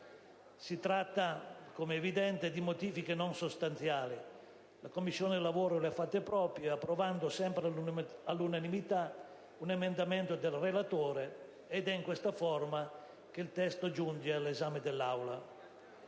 Si tratta - come è evidente - di modifiche non sostanziali che la Commissione lavoro ha fatto proprie, approvando sempre all'unanimità un emendamento del relatore, ed è in questa forma che il testo giunge all'esame dell'Aula.